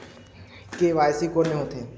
KYC कोन में होथे?